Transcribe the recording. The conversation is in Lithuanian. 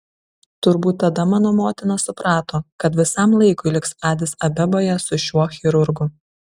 turbūt tada mano motina suprato kad visam laikui liks adis abeboje su šiuo chirurgu